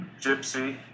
gypsy